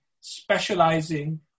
specializing